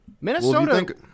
Minnesota